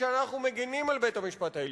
כשאנחנו מגינים על בית-המשפט העליון,